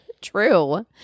True